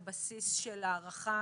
זה על בסיס של הערכה